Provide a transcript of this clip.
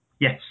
Yes